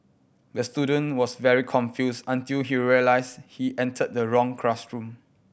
the student was very confused until he realised he entered the wrong classroom